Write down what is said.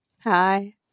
Hi